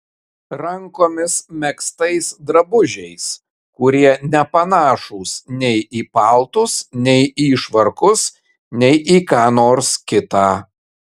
rankomis megztais drabužiais kurie nepanašūs nei į paltus nei į švarkus nei į ką nors kita